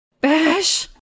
Bash